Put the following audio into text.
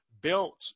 built